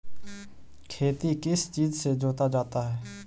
खेती किस चीज से जोता जाता है?